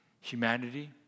humanity